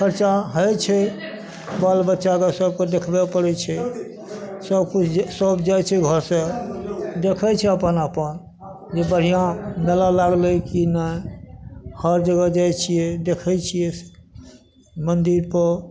पैसा होइ छै बाल बच्चा सबके देखबए पड़ै छै सबकिछु जे सब जाइ छै ओहाँ सए देखै छै अपन अपन की बढ़िऑं मेला लागलै कि नहि हर जगह जाइ छियै देखै मन्दिरपर